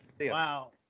Wow